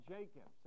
Jacob